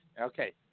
Okay